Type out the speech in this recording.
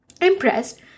Impressed